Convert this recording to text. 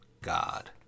God